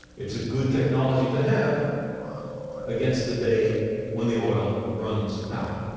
it's a good technology to have against the day when the oil runs out.